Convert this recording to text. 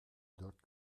dört